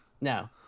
No